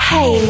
Hey